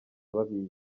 babizi